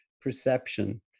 perception